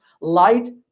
Light